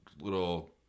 little